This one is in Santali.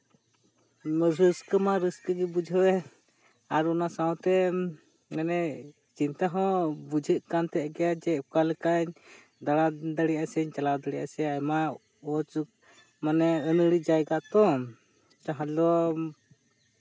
ᱨᱟᱹᱥᱠᱟᱹ ᱢᱟ ᱨᱟᱹᱥᱠᱟᱹ ᱜᱮ ᱵᱩᱡᱷᱟᱹᱣᱮᱱ ᱟᱨ ᱚᱱᱟ ᱥᱟᱶᱛᱮ ᱢᱟᱱᱮ ᱪᱤᱱᱛᱟᱹ ᱦᱚᱸ ᱵᱩᱡᱷᱟᱹᱜ ᱠᱟᱱ ᱛᱟᱦᱮᱸᱫ ᱜᱮᱭᱟ ᱡᱮ ᱚᱠᱟ ᱞᱮᱠᱟᱧ ᱫᱟᱬᱟ ᱫᱟᱲᱮᱭᱟᱜᱼᱟ ᱥᱮᱧ ᱪᱟᱞᱟᱣ ᱫᱟᱲᱮᱭᱟᱜᱼᱟ ᱟᱭᱢᱟ ᱚᱡᱳᱜᱽ ᱢᱟᱱᱮ ᱟᱹᱱᱟᱹᱲᱤ ᱡᱟᱭᱜᱟ ᱛᱚ ᱡᱟᱦᱟᱸ ᱫᱚ